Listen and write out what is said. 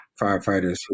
firefighters